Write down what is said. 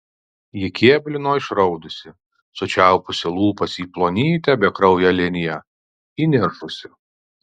ji kėblino išraudusi sučiaupusi lūpas į plonytę bekrauję liniją įniršusi